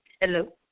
Hello